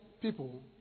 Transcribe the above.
people